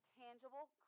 tangible